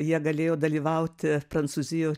jie galėjo dalyvauti prancūzijo